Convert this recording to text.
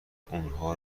اونها